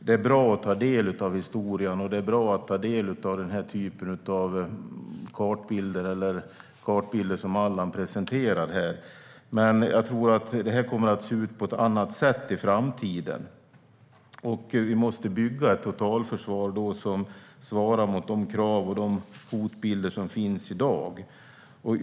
Det är bra att ta del av historien, och det är bra att ta del av den typen av kartbilder som Allan presenterar, men jag tror att det kommer att se ut på ett annat sätt i framtiden. Därför måste vi bygga ett totalförsvar som svarar mot de krav och de hotbilder som finns i dag.